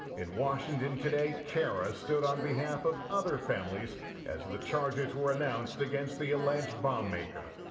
in washington today, cara stood on behalf of other families as the charges were announced against the alleged bombmaker.